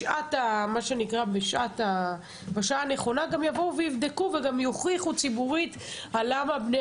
בשעה הנכונה גם יבואו ויבדקו וגם יוכיחו ציבורית למה בני